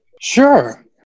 Sure